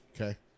Okay